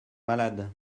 malades